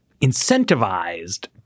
incentivized